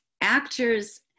actors